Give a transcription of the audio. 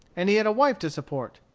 and he had a wife to support.